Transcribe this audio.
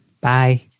Bye